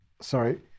Sorry